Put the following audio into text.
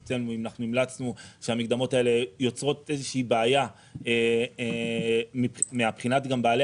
אנחנו אמרנו שהמקדמות האלה יוצרות איזושהי בעיה גם מבחינת בעלי